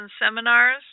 seminars